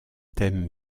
thème